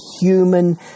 human